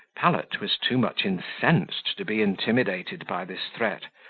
pallet was too much incensed to be intimidated by this threat,